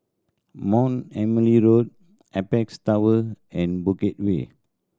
Mount Emily Road Apex Tower and Bukit Way